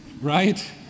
right